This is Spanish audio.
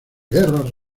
guerras